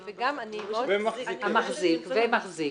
ומחזיק.